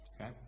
Okay